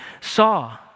saw